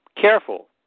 careful